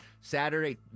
Saturday